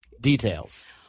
Details